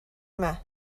yma